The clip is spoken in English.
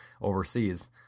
overseas